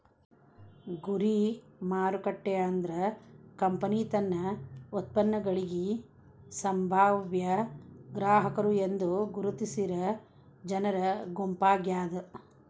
ಗುರಿ ಮಾರುಕಟ್ಟೆ ಅಂದ್ರ ಕಂಪನಿ ತನ್ನ ಉತ್ಪನ್ನಗಳಿಗಿ ಸಂಭಾವ್ಯ ಗ್ರಾಹಕರು ಎಂದು ಗುರುತಿಸಿರ ಜನರ ಗುಂಪಾಗ್ಯಾದ